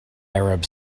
arab